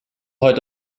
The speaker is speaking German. heute